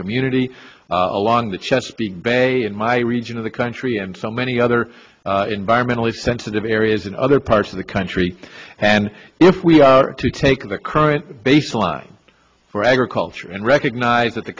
community along the chesapeake bay in my region of the country and so many other environmentally sensitive areas in other parts of the country and if we are to take the current baseline for agriculture and recognise that the